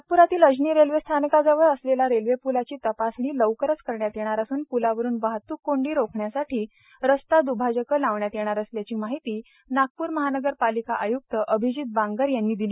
नागप्रातील अजनी रेल्वे स्थानकाजवळ असलेला रेल्वे पुलाची तपासणी लवकरच करण्यात येणार असून पुलावर वाहतूक कोंडी रोखण्यासाठी रस्ता द्भाजके लावण्यात येणार असल्याची माहिती नागपूर महानगरपालिका आय्क्त अभिजीत बांगर यांनी दिली